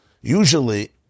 Usually